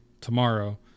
tomorrow